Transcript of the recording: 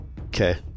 Okay